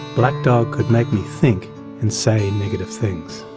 black dog could make me think and say negative things.